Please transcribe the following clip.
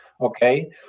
Okay